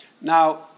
Now